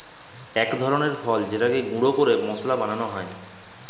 ইক ধরলের ফল যেটকে গুঁড়া ক্যরে মশলা বালাল হ্যয়